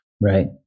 Right